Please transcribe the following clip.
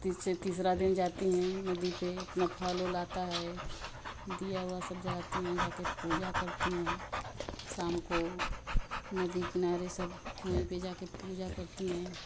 तीसरे तीसरा दिन जाती हैं नदी पे अपना फल वल आता हे दिया वा सब जलाती हैं जाके पूजा करती हैं शाम को नदी किनारे सब वहीं पे जाके पूजा करती हैं